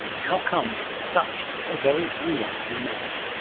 how come, such a very unlikely man?